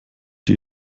die